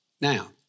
Now